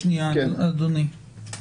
אדוני,